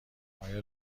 آیا